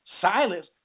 silence